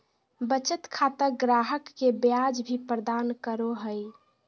बचत खाता ग्राहक के ब्याज भी प्रदान करो हइ